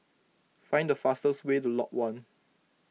find the fastest way to Lot one